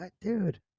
dude